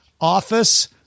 Office